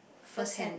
firsthand